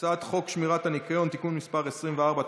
הצעת חוק שמירת הניקיון (תיקון מס' 24),